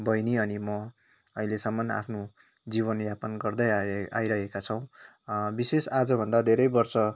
बहिनी अनि म अहिलेसम्म आफ्नो जीवनयापन गर्दै आइ आइरहेका छौँ विशेष आजभन्दा धेरै वर्ष